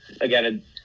again